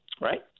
right